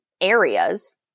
areas